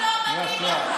אי-אפשר לפטר.